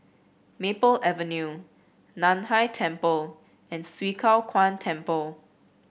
Maple Avenue Nan Hai Temple and Swee Kow Kuan Temple